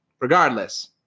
regardless